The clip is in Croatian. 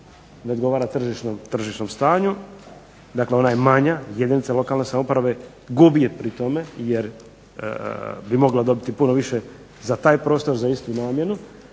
ne odgovara tržišnom stanju, dakle ona je manja, jedinica lokalne samouprave gubi pri tome, jer bi mogla dobiti puno više za taj prostor za istu namjenu,